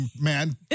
man